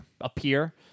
appear